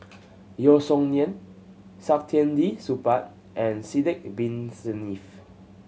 Yeo Song Nian Saktiandi Supaat and Sidek Bin Saniff